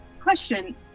Question